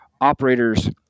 operators